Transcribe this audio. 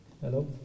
Hello